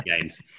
games